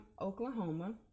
Oklahoma